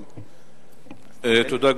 תודה.